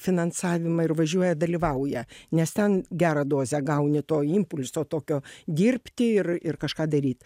finansavimą ir važiuoja dalyvauja nes ten gerą dozę gauni to impulso tokio dirbti ir ir kažką daryt